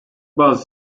bazı